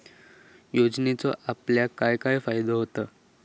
योजनेचो आपल्याक काय काय फायदो होता?